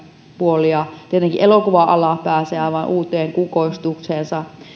puolia tietenkin elokuva ala pääsee aivan uuteen kukoistukseen